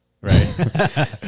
Right